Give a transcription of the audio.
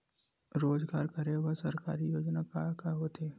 रोजगार करे बर सरकारी योजना का का होथे?